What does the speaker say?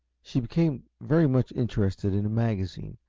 she became very much interested in a magazine,